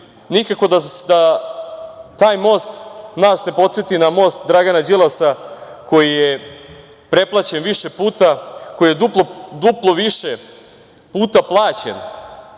nikako da taj most nas ne podseti na most Dragana Đilasa koji je preplaćen više puta, koji je duplo više puta plaćen